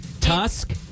Tusk